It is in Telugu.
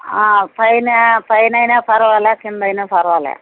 పైనా పైనైనా పర్వాలే కిందైనా పర్వాలే